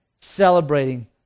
celebrating